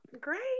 great